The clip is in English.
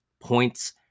points